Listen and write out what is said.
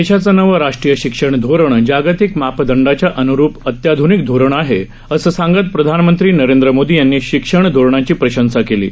देशाचं नवं राष्ट्रीय शिक्षण धोरण जागतिक मापदंडांच्या अनुरूप अत्याधनिक धोरण आहे असं सांगत प्रधानमंत्री नरेंद्र मोदी यांनी या शिक्षण धोरणाची प्रशंसा केली आहे